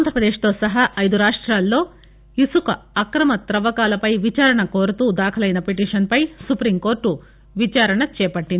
ఆంధ్రాపదేశ్ సహా ఐదు రాష్టాలలో ఇసుక అక్రమ తవ్వకాలపై విచారణ కోరుతూ దాఖలైన పీటిషన్పై సుపీం కోర్టు విచారణ చేపట్టింది